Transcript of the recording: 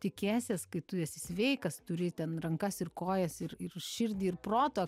tikiesies kai tu esi sveikas turi ten rankas ir kojas ir ir širdį ir proto